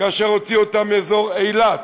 כאשר הוציאו אותם מאזור אילת.